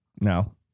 No